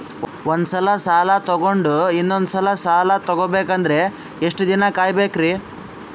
ಒಂದ್ಸಲ ಸಾಲ ತಗೊಂಡು ಇನ್ನೊಂದ್ ಸಲ ಸಾಲ ತಗೊಬೇಕಂದ್ರೆ ಎಷ್ಟ್ ದಿನ ಕಾಯ್ಬೇಕ್ರಿ?